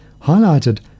highlighted